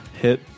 hit